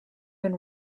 been